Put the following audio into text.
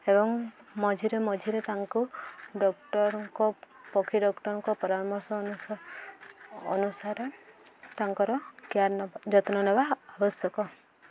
ଏବଂ ମଝିରେ ମଝିରେ ତାଙ୍କୁ ଡକ୍ଟରଙ୍କ ପକ୍ଷୀ ଡକ୍ଟରଙ୍କ ପରାମର୍ଶ ଅନୁସାରେ ତାଙ୍କର କେୟାର ନେବା ଯତ୍ନ ନେବା ଆବଶ୍ୟକ